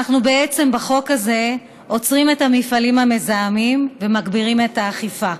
בעצם בחוק הזה אנחנו עוצרים את המפעלים המזהמים ומגבירים את האכיפה.